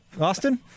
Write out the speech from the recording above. Austin